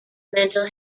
mental